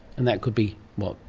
and that could be, what,